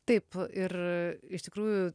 taip ir iš tikrųjų